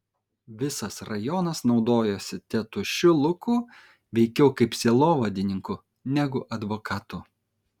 visas rajonas naudojosi tėtušiu luku veikiau kaip sielovadininku negu advokatu